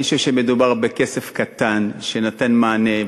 אני חושב שמדובר בכסף קטן שנתן מענה,